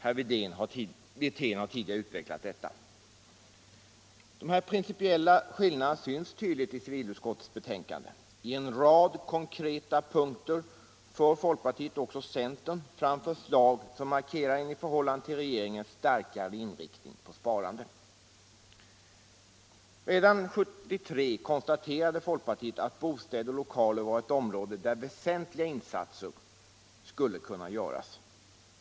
Herr Wirtén har tidigare utvecklat detta. De här principiella skillnaderna syns tydligt i-civilutskottets betänkande. I en rad konkreta punkter för folkpartiet och också centern fram förslag, som markerar en i förhållande till regeringen starkare inriktning — Nr 111 på sparande. Redan 1973 konstaterade folkpartiet att bostäder och lokaler var ett område där väsentliga insatser skulle kunna göras.